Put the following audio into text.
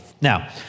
now